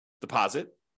deposit